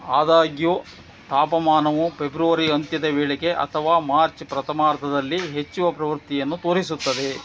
ಆದಾಗ್ಯೂ ತಾಪಮಾನವು ಪೆಬ್ರವರಿ ಅಂತ್ಯದ ವೇಳೆಗೆ ಅಥವಾ ಮಾರ್ಚ್ ಪ್ರಥಮಾರ್ಧದಲ್ಲಿ ಹೆಚ್ಚುವ ಪ್ರವೃತ್ತಿಯನ್ನು ತೋರಿಸುತ್ತದೆ